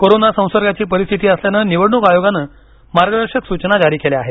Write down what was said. corona संसर्गाची परिस्थिती असल्यानं निवडणूक आयोगानं मार्गदर्शक सूचना जारी केली आहेत